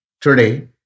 Today